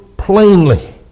Plainly